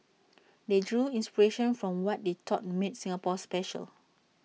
they drew inspiration from what they thought made Singapore special